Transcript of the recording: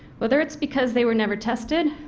whether it is because they were never tested,